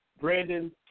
Brandon